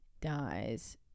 dies